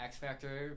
X-Factor